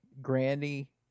granny